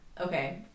Okay